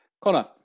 Connor